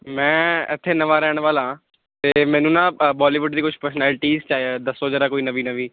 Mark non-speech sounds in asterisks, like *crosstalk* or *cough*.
ਮੈਂ ਇੱਥੇ ਨਵਾਂ ਰਹਿਣ ਵਾਲਾ ਅਤੇ ਮੈਨੂੰ ਨਾ ਬੋਲੀਵੁੱਡ ਦੀ ਕੁਛ ਪਰਸਨੈਲਿਟੀਜ਼ *unintelligible* ਦੱਸੋ ਜ਼ਰਾ ਕੋਈ ਨਵੀਂ ਨਵੀਂ